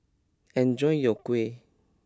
enjoy your Kuih